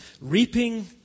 reaping